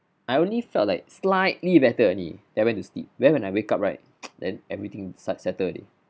I only felt like slightly better only then I went to sleep then when I wake up right then everything se~ settle already